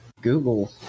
Google